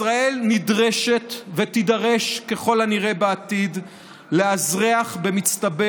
ישראל נדרשת ותידרש ככל הנראה בעתיד לאזרֵחַ במצטבר